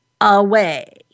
away